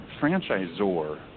franchisor